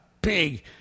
Big